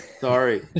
Sorry